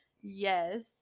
Yes